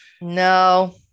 No